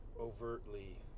overtly